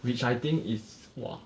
which I think is !wah!